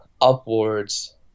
upwards